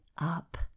up